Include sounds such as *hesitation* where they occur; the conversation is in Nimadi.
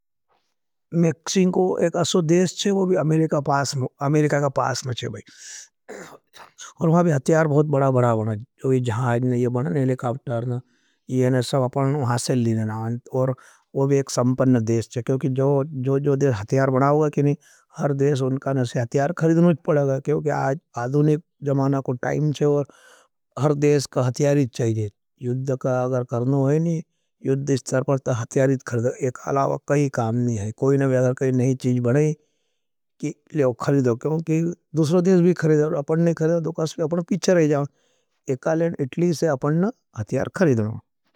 मेकशिंग को एक असो देश चे वो भी अमेरिका का पास में चे। *hesitation* भाई और वहाँ भी हत्यार बहुत बड़ा बड़ा बना जो जहाई ने ये बना नेले कावटार ना। ये ने सब अपने वहाँ से लिना ना और वो भी एक संपन्न देश चे। क्योंकि जो देश हत्यार बनाओगा क हत्यार खरिदनोज़ पड़ागा। क्योंकि आदुनिक जमाना को टाइम चेवर हर देश का हत्यारित चेजेद युद्ध का अगर करनो है। नी युद्ध इस्तर पर ता हत्यारित खरिदना *hesitation* एक अलाव काही काम नहीं है। कोई नहीं व्यादा कर नहीं चीज बने कि लेव खरिदो। क्योंकि दुसरों देश भी खरिदो अपन नहीं खरिदो दोकास पर अपन पीछे रह जाओ एक अलाव अपन नहीं हत्यार खरिदनो।